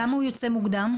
למה הוא יוצא מוקדם?